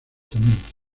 dto